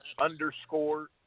underscore